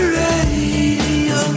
radio